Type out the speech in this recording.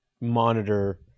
monitor